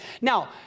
Now